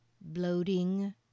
bloating